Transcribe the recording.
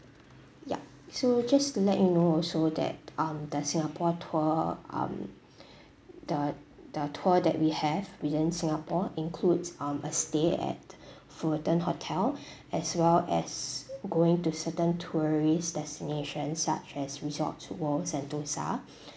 ya so just to let you know also that um that singapore tour um the the tour that we have within singapore includes um a stay at fullerton hotel as well as going to certain tourist destinations such as resort world sentosa